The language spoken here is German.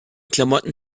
klamotten